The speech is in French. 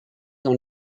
dans